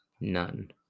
None